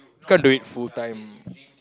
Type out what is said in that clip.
can't do it full time